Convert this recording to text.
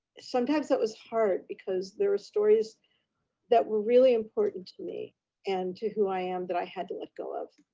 sometimes that was hard because there were stories that were really important to me and to who i am that i had to let go of.